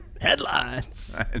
headlines